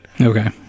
Okay